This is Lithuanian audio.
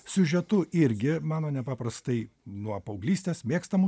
siužetu irgi mano nepaprastai nuo paauglystės mėgstamu